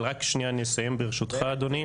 אבל רק שנייה אני אסיים, ברשותך אדוני.